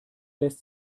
lässt